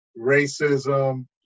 racism